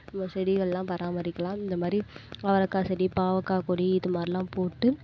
நம்ம செடிகளெலாம் பராமரிக்கலாம் இந்தமாதிரி அவரக்காய் செடி பாவக்காய் கொடி இதுமாரிலாம் போட்டு